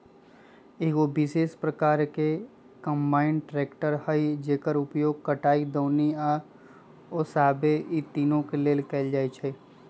एगो विशेष प्रकार के कंबाइन ट्रेकटर हइ जेकर उपयोग कटाई, दौनी आ ओसाबे इ तिनों के लेल कएल जाइ छइ